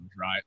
right